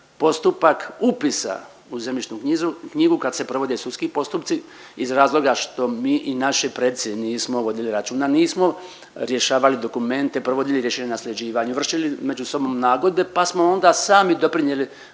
postupak upisa u zemljišnu knjigu kad se provode sudski postupci iz razloga što mi i naši preci nismo vodili računa, nismo rješavali dokumente, provodili rješenja o nasljeđivanju, vršili među sobom nagodbe pa smo onda sami doprinijeli